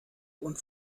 und